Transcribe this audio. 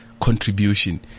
contribution